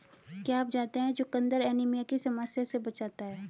क्या आप जानते है चुकंदर एनीमिया की समस्या से बचाता है?